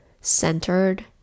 centered